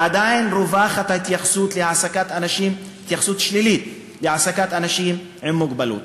עדיין רווחת התייחסות שלילית להעסקת אנשים עם מוגבלות,